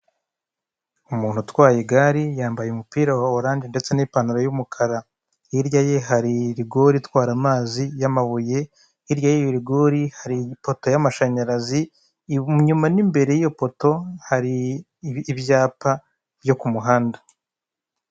Umuntu utwaye igare yambaye umupira wa oranje ndetse n'ipantaro y'umukara hirya ye, hari rigore itwara amazi y'amabuye hirya y'iyo rigori hari ipoto y'amashanyarazi inyuma n'imbere y'iyo poto hari ibyapa byo ku muhanda.